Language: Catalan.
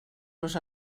los